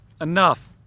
enough